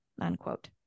Unquote